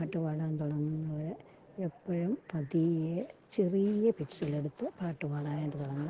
പാട്ടു പാടാൻ തുടങ്ങുന്നവർ എപ്പോഴും പതിയെ ചെറിയ പിച്ചിലെടുത്ത് പാട്ട് പാടാനായിട്ട് തുടങ്ങണം